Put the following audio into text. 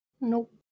Nope